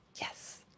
Yes